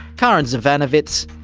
karin zsivanovits,